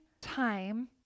time